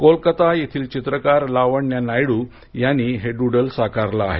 कोलकाता येथील चित्रकार लावण्या नायडू यांनी हे डूडल साकारलं आहे